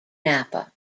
napa